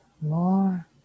more